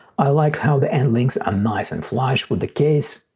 i like how the end links are nice and flush with the case.